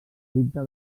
cripta